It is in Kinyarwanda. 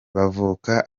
bavuka